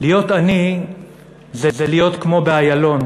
"להיות עני זה להיות כמו באיילון"